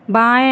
बाएँ